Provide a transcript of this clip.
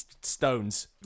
stones